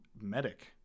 Medic